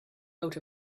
out